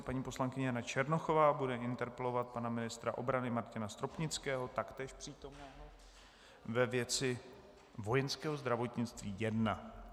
Paní poslankyně Jana Černochová bude interpelovat pana ministra obrany Martina Stropnického, taktéž přítomného, ve věci vojenského zdravotnictví I.